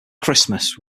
christmas